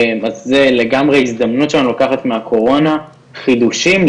זה לגמרי הזדמנות לקחת מהקורונה חידושים,